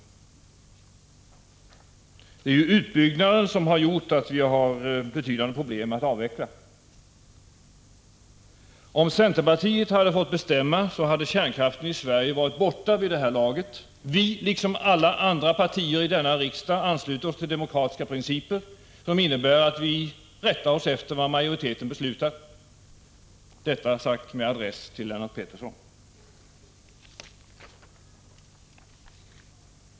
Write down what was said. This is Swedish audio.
Det är ju utbyggnaden som har gjort att vi har betydande problem med att avveckla. Om centerpartiet hade fått bestämma hade kärnkraften i Sverige varit borta vid det här laget. Vårt parti liksom alla andra partier här i riksdagen ansluter sig till demokratiska principer, vilket innebär att vi rättar oss efter vad majoriteten beslutar — detta sagt med adress till Lennart Pettersson.